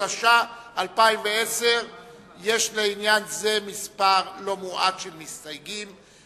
התש"ע 2010. יש לעניין זה מספר לא מועט של מסתייגים.